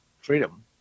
freedom